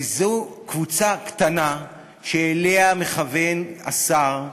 וזו קבוצה קטנה שאליה מכוון השר,